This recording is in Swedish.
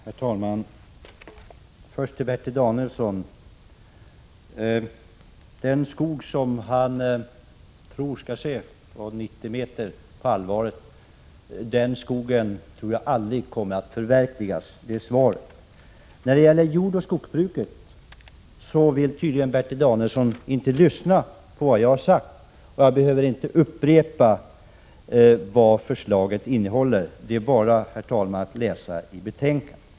Herr talman! Först till Bertil Danielsson. Den skog av 90 meter höga vindkraftverk på Alvaret som Bertil Danielsson talar om tror jag aldrig kommer att förverkligas. Det är svaret. När det gäller jordoch skogsbruket vill Bertil Danielsson tydligen inte lyssna på vad jag säger. Men jag behöver inte upprepa vad förslaget innehåller. Det är bara att läsa i betänkandet.